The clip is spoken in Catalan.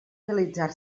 realitzar